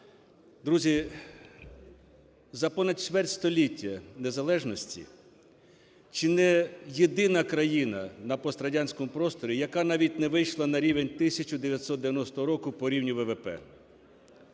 Друзі, за понад чверть століття незалежності чи не єдина країна на пострадянському просторі, яка навіть не вийшла на рівень 1990 року по рівню ВВП.